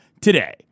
today